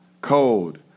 cold